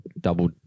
double